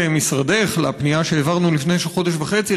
משרדך לפנייה שהעברנו לפני חודש וחצי,